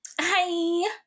Hi